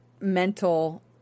mental